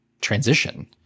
transition